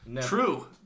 True